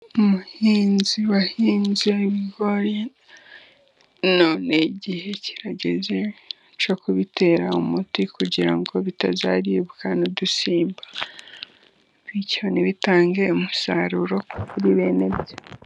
Umuhinzi wahinze ibigori, none igihe kirageze cyo kubitera umuti kugira ngo bitazaribwa n'udusimba, bityo ntibitange umusaruro kuri bene byo.